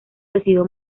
decidió